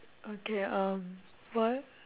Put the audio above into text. okay um what